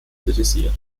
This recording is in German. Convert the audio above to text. kritisiert